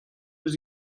eus